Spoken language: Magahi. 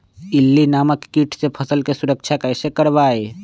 इल्ली नामक किट से फसल के सुरक्षा कैसे करवाईं?